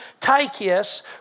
Tycheus